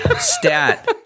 Stat